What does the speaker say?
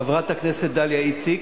חברת הכנסת דליה איציק.